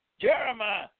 Jeremiah